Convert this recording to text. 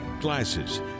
glasses